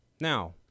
Now